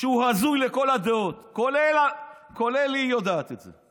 שהוא הזוי לכל הדעות, והיא יודעת את זה.